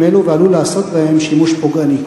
אלו ועלול לעשות בהם שימוש פוגעני.